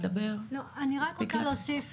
אני רק רוצה להוסיף,